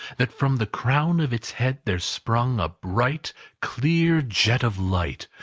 that from the crown of its head there sprung a bright clear jet of light,